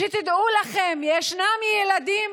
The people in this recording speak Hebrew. שתדעו לכם, ישנם ילדים,